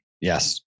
yes